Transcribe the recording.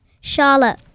Charlotte